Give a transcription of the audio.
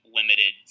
limited